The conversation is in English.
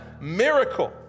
miracle